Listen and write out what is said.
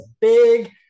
big